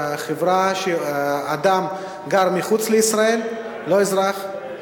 אדם שגר מחוץ לישראל, לא אזרח,